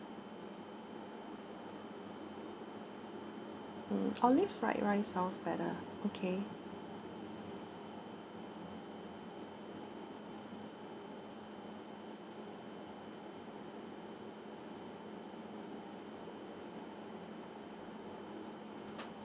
mm olive fried rice sounds better okay